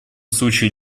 случае